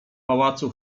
pałacu